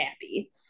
happy